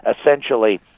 essentially